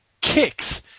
kicks